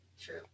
True